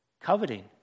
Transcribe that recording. coveting